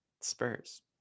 spurs